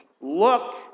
look